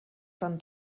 dann